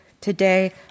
Today